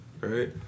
Right